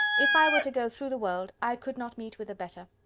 if i were to go through the world, i could not meet with a better.